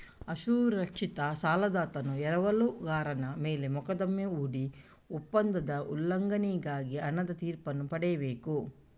ಅಸುರಕ್ಷಿತ ಸಾಲದಾತನು ಎರವಲುಗಾರನ ಮೇಲೆ ಮೊಕದ್ದಮೆ ಹೂಡಿ ಒಪ್ಪಂದದ ಉಲ್ಲಂಘನೆಗಾಗಿ ಹಣದ ತೀರ್ಪನ್ನು ಪಡೆಯಬೇಕು